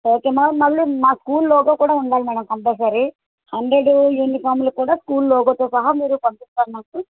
okay madam మళ్ళీ మా school logo కూడా ఉండాలి మేడం కంపల్సరీ హండ్రెడ్ యూనిఫామ్లు కూడా స్కూల్ లోగోతో సహా మీరు పంపిస్తారా మాకు